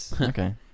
okay